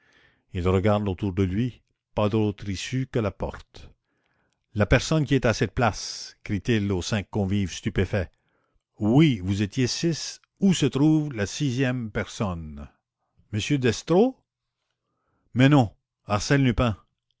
il regarde autour de lui pas d'autre issue que la porte la personne qui était à cette place crie-t-il aux cinq convives stupéfaits oui vous étiez six où se trouve te sixième personne m destro mais non arsène lupin